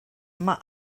mae